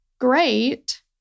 great